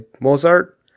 Mozart